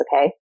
okay